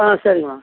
ஆ சரிங்கம்மா